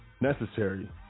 necessary